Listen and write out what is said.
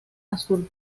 azul